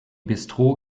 bistro